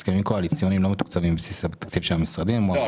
הסכמים קואליציוניים לא מתוקצבים על בסיס התקציב של המשרדים --- לא,